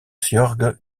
georg